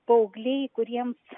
paaugliai kuriems